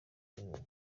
azemera